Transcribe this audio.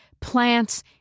plants